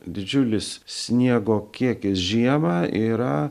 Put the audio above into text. didžiulis sniego kiekis žiemą yra